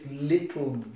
little